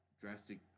drastic